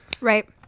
Right